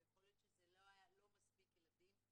ויכול להיות שזה לא היה מספיק ילדים,